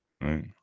right